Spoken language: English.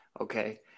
okay